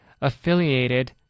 affiliated